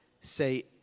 say